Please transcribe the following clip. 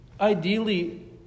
ideally